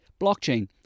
blockchain